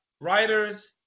writers